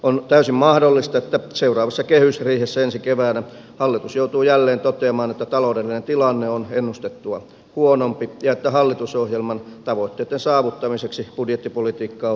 on täysin mahdollista että seuraavassa kehysriihessä ensi keväänä hallitus joutuu jälleen toteamaan että taloudellinen tilanne on ennustettua huonompi ja että hallitusohjelman tavoitteitten saavuttamiseksi budjettipolitiikkaa on edelleen kiristettävä